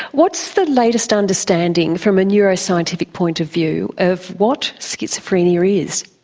what's the latest understanding from a neuroscientific point of view of what schizophrenia is?